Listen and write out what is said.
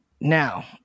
Now